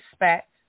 respect